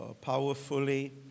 powerfully